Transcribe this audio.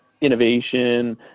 innovation